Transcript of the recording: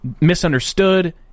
misunderstood